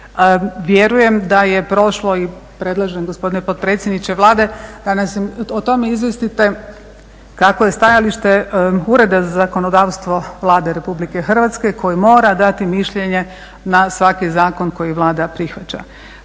vjerujem da je prošlo i predlažem gospodine potpredsjedniče Vlade da nas o tome izvijestite kakvo je stajalište Ureda za zakonodavstvo Vlade RH koji mora dati mišljenje na svaki zakon koji Vlada prihvaća.